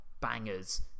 bangers